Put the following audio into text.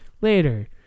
later